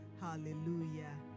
Hallelujah